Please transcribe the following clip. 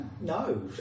No